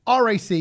RAC